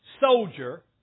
soldier